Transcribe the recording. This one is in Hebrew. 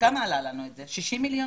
60 מיליון?